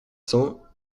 cents